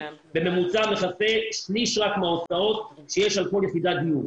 בממוצע מכסה רק שליש מההוצאות שיש על כל יחידת דיור.